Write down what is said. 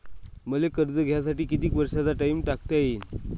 मले कर्ज घ्यासाठी कितीक वर्षाचा टाइम टाकता येईन?